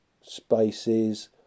spaces